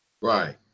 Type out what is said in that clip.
Right